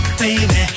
baby